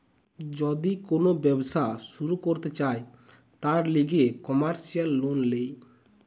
যদি কোন ব্যবসা শুরু করতে চায়, তার লিগে কমার্সিয়াল লোন ল্যায়